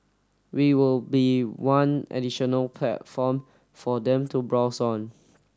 we will be one additional platform for them to browse on